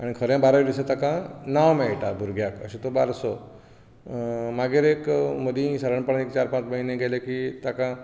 आनी खरें बारा दिसा ताका नांव मेळटा भुरग्याक असो तो बारसो मागीर एक मदीं सादारणपणान एक चार पांच म्हयने गेले की ताका